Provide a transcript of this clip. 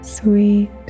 Sweet